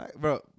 Bro